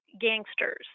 gangsters